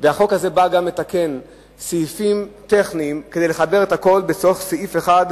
הזה נועד גם לתקן סעיפים טכניים ולחבר את הכול בתוך סעיף אחד,